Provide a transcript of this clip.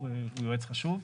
הוא יועץ חשוב,